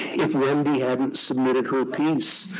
if wendy hadn't submitted her piece,